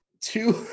two